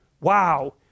Wow